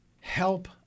help